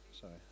Sorry